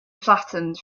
flattened